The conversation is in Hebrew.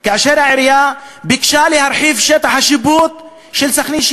כאשר העירייה ביקשה להרחיב שטח השיפוט של סח'נין,